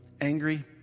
angry